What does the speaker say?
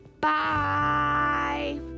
Bye